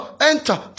enter